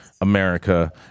America